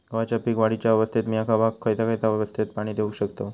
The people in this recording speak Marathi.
गव्हाच्या पीक वाढीच्या अवस्थेत मिया गव्हाक खैयचा खैयचा अवस्थेत पाणी देउक शकताव?